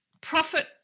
Profit